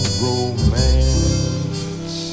romance